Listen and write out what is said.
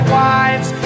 wives